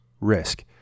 risk